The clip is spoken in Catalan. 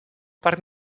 parc